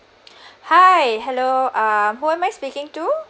hi hello uh who am I speaking to